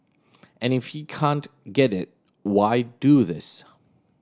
and if he can't get it why do this